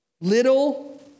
little